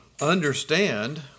understand